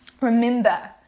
Remember